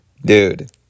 Dude